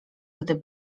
gdy